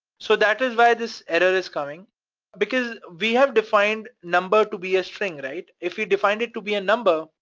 so that is why this error is coming because we have defined number to be a string, right? if you defined it to be a number,